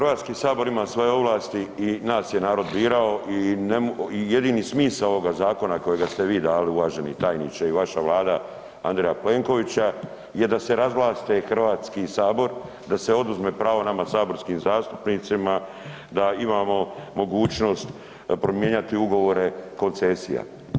Hrvatski sabor ima svoje ovlasti i nas je narod birao i jedini smisao ovoga zakona kojega ste vi dali uvaženi tajniče i vaša Vlada Andreja Plenkovića je da se razvlaste HS, da se oduzmu prava nama saborskim zastupnicima, da imamo mogućnost mijenjati ugovore koncesija.